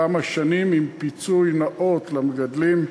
כמה שנים, עם פיצוי נאות למגדלים,